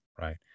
right